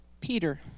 Peter